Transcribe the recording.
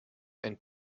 and